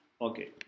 Okay